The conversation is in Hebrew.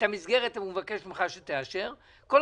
הוא מבקש ממך לאשר את המסגרת.